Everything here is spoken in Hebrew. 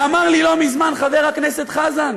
שאמר לי לא מזמן: חבר הכנסת חזן,